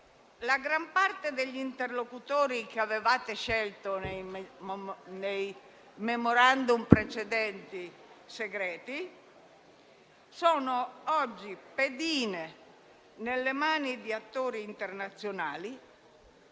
la gran parte degli interlocutori che avevate scelto nei precedenti *Memorandum* segreti sono oggi pedine nelle mani di attori internazionali